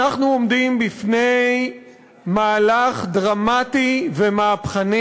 אנחנו עומדים בפני מהלך דרמטי ומהפכני,